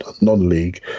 non-league